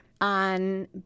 On